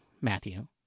Matthew